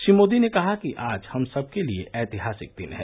श्री मोदी ने कहा कि आज हम सबके लिए ऐतिहासिक दिन है